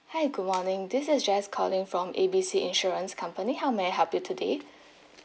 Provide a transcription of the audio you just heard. hi good morning this is jess calling from A B C insurance company how may I help you today